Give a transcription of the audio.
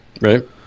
Right